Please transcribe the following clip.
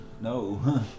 No